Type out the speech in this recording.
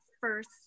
first